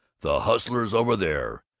the hustlers over there,